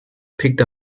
picked